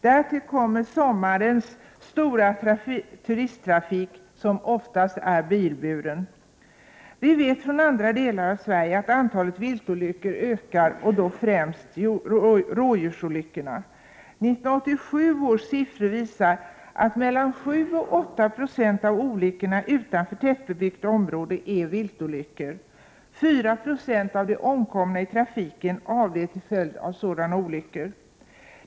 Därtill kommer sommarens stora turistmängd, som oftast är bilburen. Vi vet att antalet viltolyckor ökar i andra delar av Sverige, och då främst rådjursolyckorna. 1987 års siffror visar att mellan 7 och 8 96 av olyckorna utanför tättbebyggt område är viltolyckor. 4 96 av de omkomna i trafiken avled till följd av sådana olyckor.